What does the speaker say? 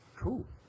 Cool